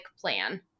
plan